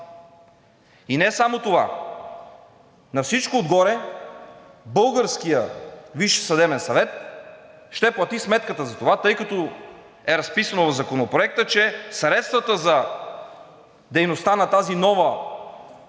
И не само това, на всичкото отгоре българският Висш съдебен съвет ще плати сметката за това, тъй като е разписано в Законопроекта, че средствата за дейността на тази нова